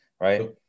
right